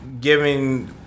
giving